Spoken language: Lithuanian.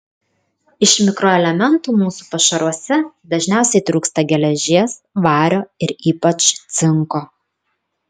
iš mikroelementų mūsų pašaruose dažniausiai trūksta geležies vario ir ypač cinko